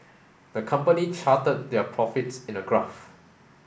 the company charted their profits in a graph